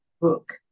book